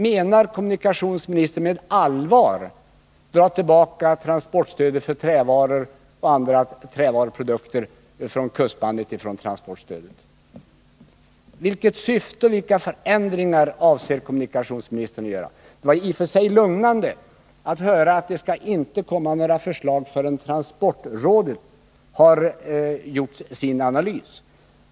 Menar kommunikationsministern på allvar att han vill dra tillbaka transportstödet för trävaror och trävaruprodukter från kustbandet? Vilket syfte har kommunikationsministern, och vilka förändringar avser kommunikationsministern att göra? Det var i och för sig lugnande att höra att det inte skall komma några förslag förrän transportrådet har gjort sin analys.